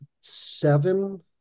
seven